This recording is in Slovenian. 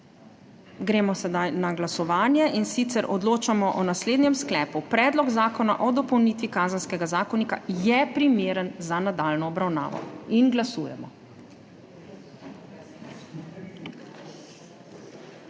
Gremo sedaj na glasovanje, in sicer odločamo o naslednjem sklepu: Predlog zakona o dopolnitvi Kazenskega zakonika je primeren za nadaljnjo obravnavo. Glasujemo.